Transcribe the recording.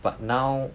but now